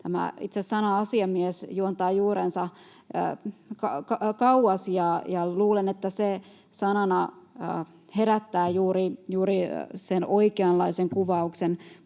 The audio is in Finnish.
Tämä itse sana ”asiamies” juontaa juurensa kauas, ja luulen, että se sanana herättää juuri sen oikeanlaisen kuvauksen